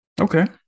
Okay